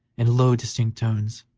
in low, distinct tones